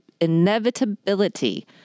inevitability